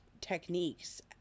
techniques